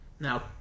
Now